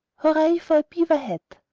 hurra for a beaver hat,